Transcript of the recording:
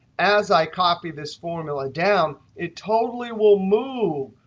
as i copy this formula down, it totally will move,